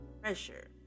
pressure